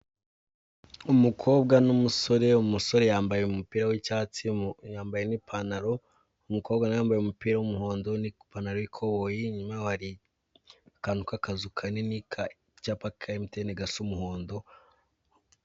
Umukobwa n'umusore, umusore yambaye umupira w'icyatsi yambaye n'ipantaro, umukobwa yambaye umupira w'umuhondo n'ipantaro inyuma hari akantu k'akazu kanini, k'icyapa ka emutiyene gasa umuhondo.